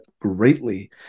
greatly